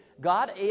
God